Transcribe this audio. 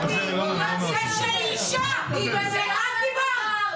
היא לא תינוקת.